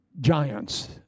giants